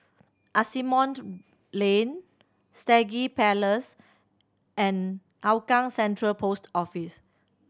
Asimont Lane Stangee Place and Hougang Central Post Office